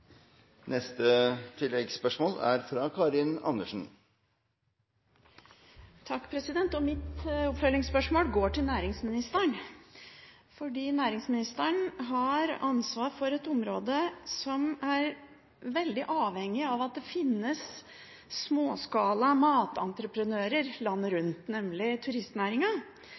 Karin Andersen – til oppfølgingsspørsmål. Mitt oppfølgingsspørsmål går til næringsministeren. Næringsministeren har ansvar for et område som er veldig avhengig av at det finnes småskala matentreprenører landet rundt, nemlig